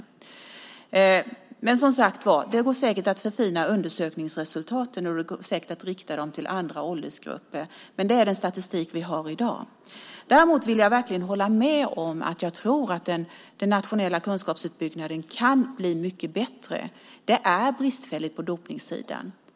Det går, som sagt var, säkert att förfina undersökningsresultaten, och det går säkert att rikta dem till andra åldersgrupper, men det är den statistik vi har i dag. Däremot vill jag verkligen hålla med om att den nationella kunskapsuppbyggnaden kan bli mycket bättre. Det är bristfälligt på dopningssidan.